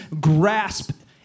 grasp